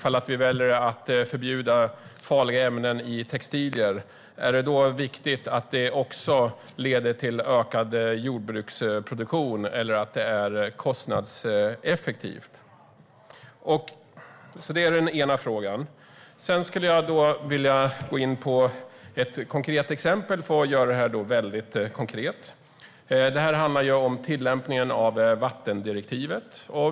Om vi förbjuder farliga ämnen i textilier, är det då viktigt att det också leder till ökad jordbruksproduktion eller att det är kostnadseffektivt? Det är min ena fråga. Sedan vill jag ta upp ett exempel för att göra detta väldigt konkret. Det här handlar ju om tillämpning av vattendirektivet.